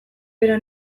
bera